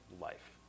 life